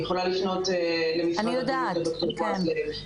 היא יכולה לפנות למשרד הבריאות לד"ר לב.